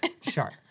Sure